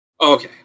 Okay